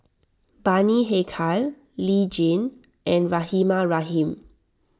Bani Haykal Lee Tjin and Rahimah Rahim